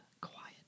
quiet